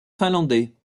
finlandais